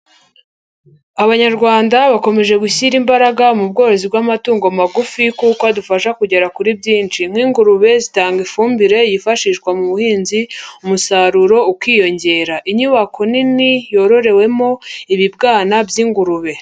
abanyarwanda bakomeje gushyira imbaraga mu bworozi bw'amatungo magufi kuko adufasha kugera kuri byinshi nk'ingurube zitanga ifumbire yifashishwa mu buhinzi umusaruro ukiyongera inyubako nini yororewemo ibibwana by'ingurube